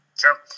Sure